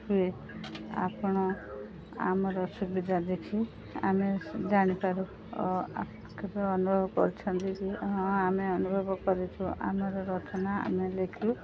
ହୁଏ ଆପଣ ଆମର ସୁବିଧା ଦେଖି ଆମେ ଜାଣିପାରୁ ଓ କେବେ ଅନୁଭବ କରୁଛନ୍ତି କି ହଁ ଆମେ ଅନୁଭବ କରିଛୁ ଆମର ରଚନା ଆମେ ଲେଖୁ